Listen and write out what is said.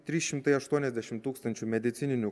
trys šimtai aštuoniasdešim tūkstančių medicininių